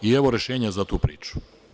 I evo rešenja za tu priču.